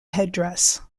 headdress